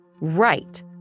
Right